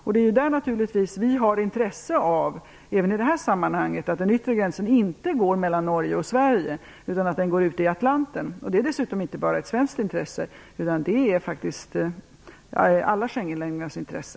Vi har naturligtvis intresse av, även i det här sammanhanget, att den yttre gränsen inte går mellan Norge och Sverige utan ute i Atlanten. Det är dessutom inte bara ett svenskt intresse. Det ligger i alla Schengenländers intresse.